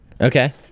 Okay